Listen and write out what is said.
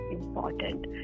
important